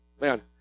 man